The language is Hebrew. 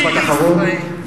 משפט אחרון,